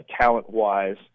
talent-wise